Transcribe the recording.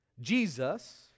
Jesus